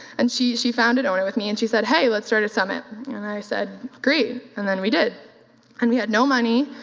and she she founded own it with me and she said, hey, let's start a summit and i said, great and then we did and we had no money,